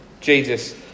Jesus